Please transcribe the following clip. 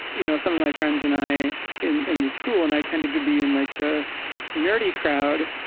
you know, some of my friends and i in in the school and i tended to be in like the nerdy crowd.